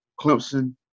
Clemson